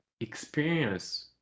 experience